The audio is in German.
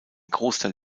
großteil